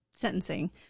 sentencing